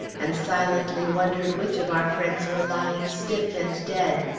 and silently wondered which of our friends were lying stiff and dead,